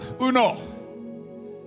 Uno